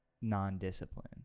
non-discipline